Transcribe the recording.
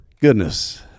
Goodness